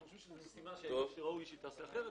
אנחנו חושבים שזו משימה שראוי שהיא תיעשה אחרת,